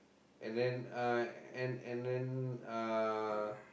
and then uh and and then uh